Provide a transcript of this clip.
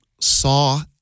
saw